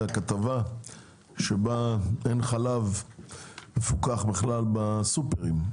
כתבה שבה אין חלב מפוקח בכלל בסופרים.